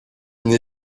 мне